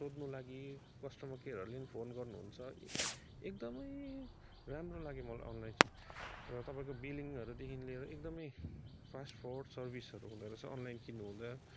सोध्नुको लागि कस्टमर केयरहरूले पनि फोन गर्नुहुन्छ एकदमै राम्रो लाग्यो मलाई अनलाइन सपिङ र तपाईँको बिलिङहरूदेखि लिएर एकदमै फास्ट फरवर्ड सर्विसहरू हुँदोरहेछ अनलाइन किन्नुहुँदा